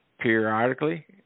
Periodically